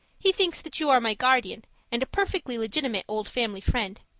he thinks that you are my guardian and a perfectly legitimate old family friend.